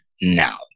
now